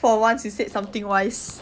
for once you said something wise